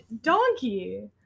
Donkey